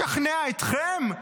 לשכנע אתכם,